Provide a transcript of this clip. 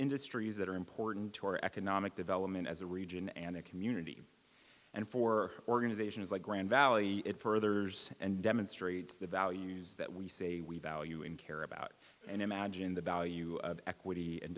industries that are important to our economic development as a region and a community and for organizations like grand valley that furthers and demonstrates the values that we say we value and care about and imagine the value of equity and